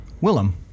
Willem